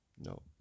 No